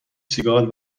سیگال